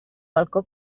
balcó